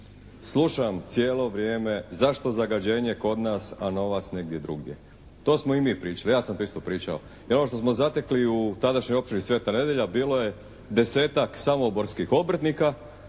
slušam cijelo vrijeme zašto zagađenje kod nas a novac negdje drugdje? To smo i mi pričali. Ja sam to isto pričao. I ono što smo zatekli u tadašnjoj općini Sveta Nedjelja bilo je desetak samoborskih obrtnika